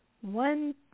one